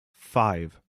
five